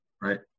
right